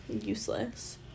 useless